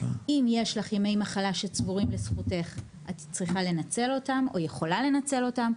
אם יש לך ימי מחלה שצבורים לזכותך את צריכה או יכולה לנצל אותם,